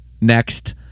next